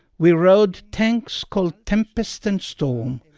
we rode tanks called tempest and storm.